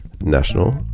National